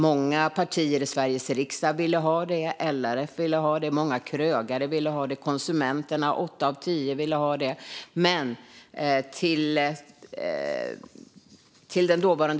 Många partier i Sveriges riksdag vill ha detta, liksom LRF, många krögare och åtta av tio konsumenter.